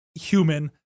human